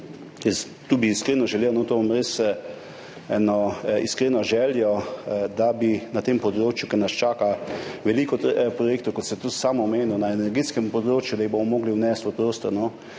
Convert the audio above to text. tu bi iskreno želel, imam res iskreno željo, da bi na tem področju, kjer nas čaka veliko projektov, kot ste tudi sam omenili, na energetskem področju, da jih bomo morali vnesti v prostor